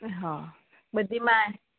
હ બધીમાં